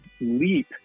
leap